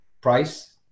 Price